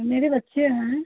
मेरे बच्चे हैं